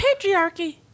patriarchy